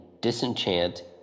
disenchant